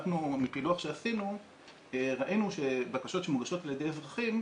מפילוח שעשינו אנחנו ראינו שבקשות שמוגשות על ידי אזרחים,